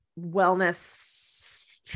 wellness